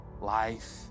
life